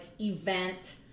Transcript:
event